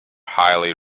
highly